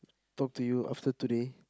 talk to you after today